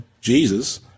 Jesus